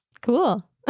Cool